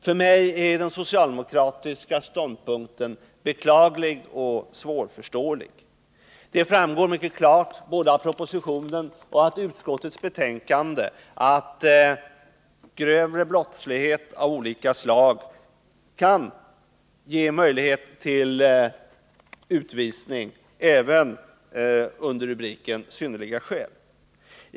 För mig är den socialdemokratiska ståndpunkten beklaglig och svårförståelig. Det framgår mycket klart både av propositionen och av utskottets betänkande att grövre brottslighet av olika slag kan ge anledning till utvisning även under rubriken Synnerliga skäl.